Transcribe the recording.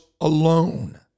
alone